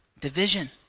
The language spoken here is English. Division